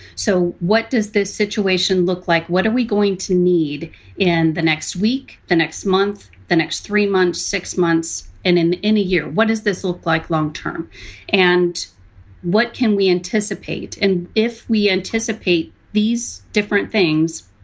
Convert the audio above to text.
so what does this situation look like? what are we going to need in the next week, the next month, the next three months, six months and in in a year? what is this look like long term and what can we anticipate? and if we anticipate these different things,